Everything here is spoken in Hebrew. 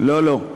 לא לא.